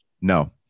No